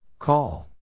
Call